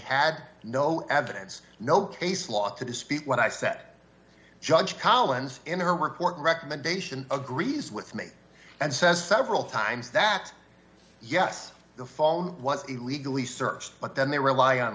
had no evidence no case law to dispute what i set judge collins in her report recommendation agrees with me and says several times that yes the fall was illegally searched but then they rely on